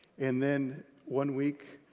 and then one week,